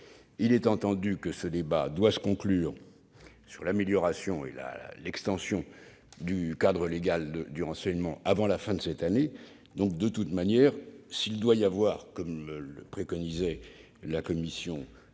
Il est entendu que ce débat doit se conclure sur l'amélioration et l'extension du cadre légal du renseignement avant la fin de 2021. De toute manière, s'il doit y avoir, comme le préconise la commission,